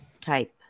type